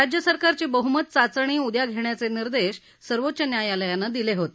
राज्यसरकारची बहमत चाचणी उदया घेण्याचे निर्देश सर्वोच्च न्यायालयानं दिले होते